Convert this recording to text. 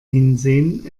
hinsehen